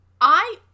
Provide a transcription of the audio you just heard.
I-